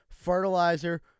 fertilizer